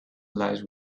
lies